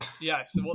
Yes